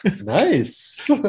Nice